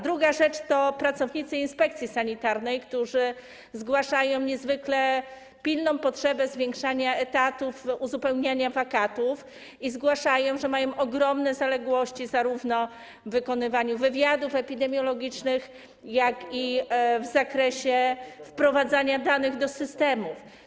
Druga rzecz to pracownicy inspekcji sanitarnej, którzy zgłaszają niezwykle pilną potrzebę zwiększania liczby etatów, uzupełniania wakatów i zgłaszają, że mają ogromne zaległości zarówno w wykonywaniu wywiadów epidemiologicznych, jak i w zakresie wprowadzania danych do systemu.